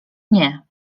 nie